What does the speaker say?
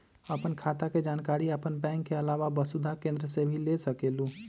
आपन खाता के जानकारी आपन बैंक के आलावा वसुधा केन्द्र से भी ले सकेलु?